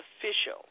official